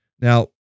Now